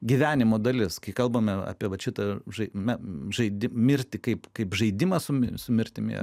gyvenimo dalis kai kalbame apie vat šitą žaidimą žaidi mirti kaip kaip žaidimas su mirtimi